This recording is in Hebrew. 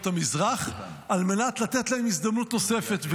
המזרח על מנת לתת להן הזדמנות נוספת.